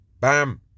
Bam